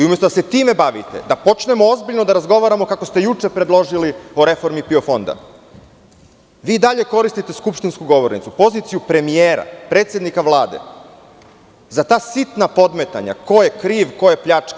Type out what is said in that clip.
Umesto da se time bavite, da počnemo ozbiljno da razgovaramo, kako ste juče predložili, o reformi PIO fonda, vi i dalje koristite skupštinsku govornicu, poziciju premijera, predsednika Vlade za ta sitna podmetanja – ko je kriv, ko je pljačkao?